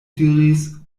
diris